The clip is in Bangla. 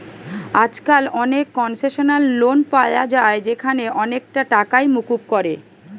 আজকাল অনেক কোনসেশনাল লোন পায়া যায় যেখানে অনেকটা টাকাই মুকুব করে